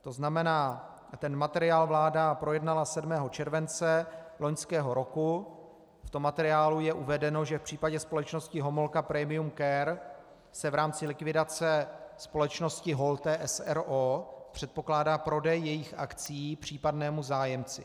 To znamená, ten materiál vláda projednala 7. července loňského roku, v tom materiálu je uvedeno, že v případě společnosti Homolka Premium Care se v rámci likvidace společnosti Holte s. r. o. předpokládá prodej jejích akcií případnému zájemci.